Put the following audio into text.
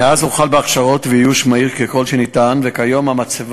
מהיר ככל שניתן, וכיום המצבה: